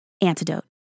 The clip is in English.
antidote